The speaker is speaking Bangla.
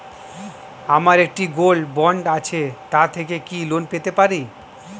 আমার একটি গোল্ড বন্ড আছে তার থেকে কি লোন পেতে পারি?